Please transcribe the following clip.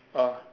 uh